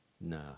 No